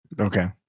Okay